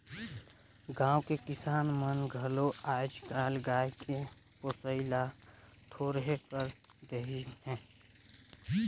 गाँव के किसान मन हर घलो आयज कायल गाय के पोसई ल थोरहें कर देहिनहे